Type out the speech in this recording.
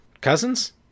cousins